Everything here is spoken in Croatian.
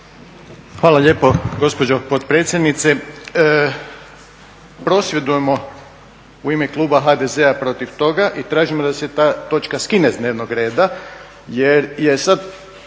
Hvala lijepo gospođo potpredsjednice. Prosvjedujemo u ime kluba HDZ-a protiv toga i tražimo da se ta točka skine s dnevnog reda jer je sad